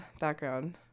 background